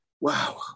wow